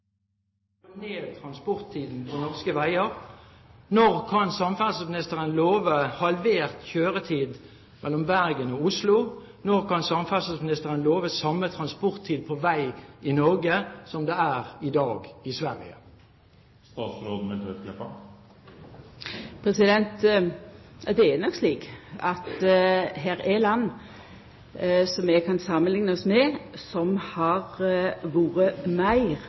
ned transporttiden på norske veier? Når kan samferdselsministeren love halvert kjøretid mellom Bergen og Oslo? Når kan samferdselsministeren love samme transporttid på vei i Norge som det i dag er i Sverige? Det er nok slik at det er land som vi kan samanlikna oss med, som har